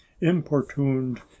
importuned